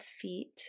feet